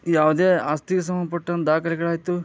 ಯಾವುದೇ ಆಸ್ತಿಗೆ ಸಂಬಂಧ್ಪಟ್ಟಂಥ ದಾಖಲೆಗಳಾಯಿತು